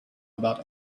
about